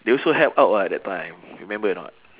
they also help out what that time remember or not